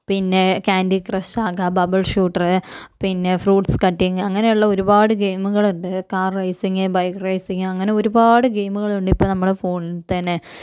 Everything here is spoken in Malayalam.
പിന്നെ ക്യാൻറ്റി ക്രഷാകാം ബബിൾ ഷൂട്ടറ് പിന്നെ ഫ്രൂട്ട്സ് കട്ടിങ് അങ്ങനെയുള്ള ഒരുപാട് ഗെയിംമ്കളൊണ്ട് കാർ റൈസിംഗ് ബൈക്ക് റൈസിങ്ങ് അങ്ങനെ ഒരുപാട് ഗെയിംമുകളുണ്ട് ഇപ്പ നമ്മുടെ ഫോണിൽ തന്നെ